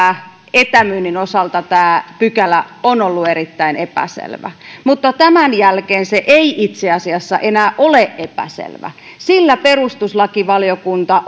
etämyynnin osalta tämä pykälä on ollut erittäin epäselvä mutta tämän jälkeen se ei itse asiassa enää ole epäselvä sillä perustuslakivaliokunta